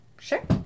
sure